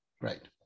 Right